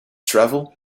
travel